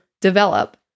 develop